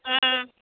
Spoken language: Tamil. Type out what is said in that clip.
ஆ